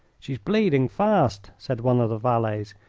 she's bleeding fast, said one of the valets.